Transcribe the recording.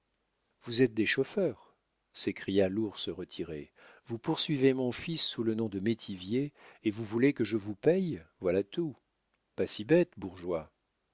vous êtes des chauffeurs s'écria l'ours retiré vous poursuivez mon fils sous le nom de métivier et vous voulez que je vous paye voilà tout pas si bête bourgeois